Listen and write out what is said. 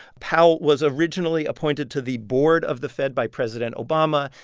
powell was originally appointed to the board of the fed by president obama.